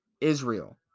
Israel